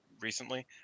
recently